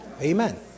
Amen